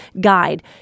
guide